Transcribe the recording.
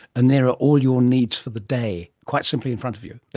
and there are all your needs for the day, quite simply, in front of you.